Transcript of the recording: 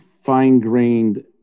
fine-grained